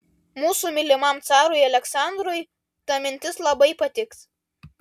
mūsų mylimam carui aleksandrui ta mintis labai patiks